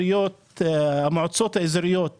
המועצות האזוריות האלו,